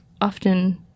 often